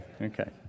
Okay